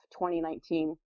2019